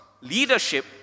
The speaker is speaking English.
leadership